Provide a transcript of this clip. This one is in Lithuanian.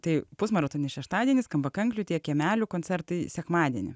tai pusmaratonis šeštadienį skamba kanklių tie kiemelių koncertai sekmadienį